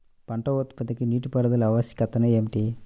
పంట ఉత్పత్తికి నీటిపారుదల ఆవశ్యకత ఏమిటీ?